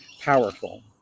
powerful